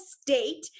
state